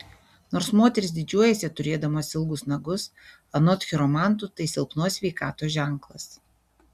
nors moterys didžiuojasi turėdamos ilgus nagus anot chiromantų tai silpnos sveikatos ženklas